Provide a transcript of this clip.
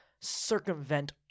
circumvent